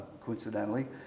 coincidentally